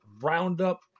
Roundup